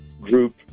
group